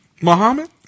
Muhammad